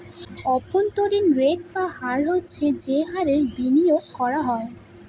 অভ্যন্তরীন রেট বা হার হচ্ছে যে হারে বিনিয়োগ করা হয়